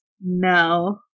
No